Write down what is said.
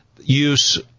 use